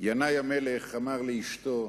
ינאי המלך אמר לאשתו,